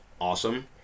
awesome